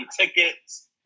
tickets